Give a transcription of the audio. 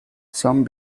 some